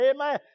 amen